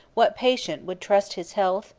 what patient would trust his health,